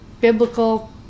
biblical